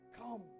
come